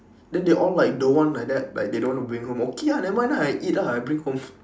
then they all like don't want like that like they don't want bring home okay ah never mind ah I eat ah I bring home